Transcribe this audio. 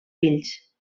fills